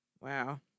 Wow